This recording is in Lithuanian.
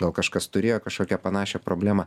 gal kažkas turėjo kažkokią panašią problemą